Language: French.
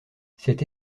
cette